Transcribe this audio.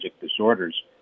disorders